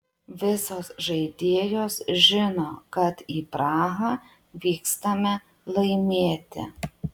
visos žaidėjos žino kad į prahą vykstame laimėti